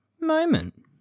moment